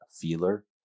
feeler